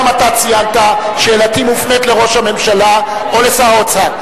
גם אתה ציינת: שאלתי מופנית לראש הממשלה או לשר האוצר.